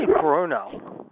Bruno